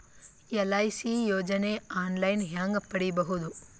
LIC ಯೋಜನೆ online ಹೇಂಗ ಪಡಿಬಹುದು?